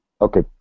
Okay